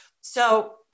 So-